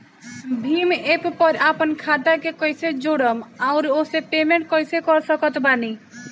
Bhim app पर आपन खाता के कईसे जोड़म आउर ओसे पेमेंट कईसे कर सकत बानी?